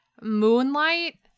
Moonlight